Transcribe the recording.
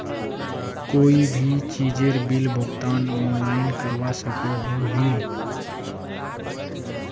कोई भी चीजेर बिल भुगतान ऑनलाइन करवा सकोहो ही?